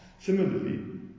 Similarly